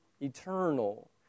eternal